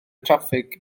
traffig